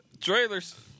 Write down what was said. Trailers